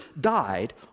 died